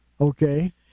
Okay